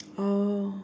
oh